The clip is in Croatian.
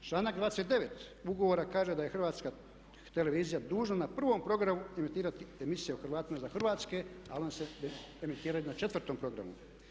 Članak 29. ugovora kaže da je HRT dužna na 1. programu emitirati emisije o Hrvatima izvan Hrvatske ali one se emitiraju n 4. programu.